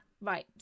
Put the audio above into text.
right